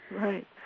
Right